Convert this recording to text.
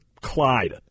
Clyde